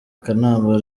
kanama